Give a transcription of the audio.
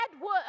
work